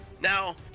now